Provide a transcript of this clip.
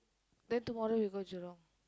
then tomorrow you go Jurong